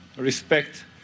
respect